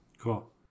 Cool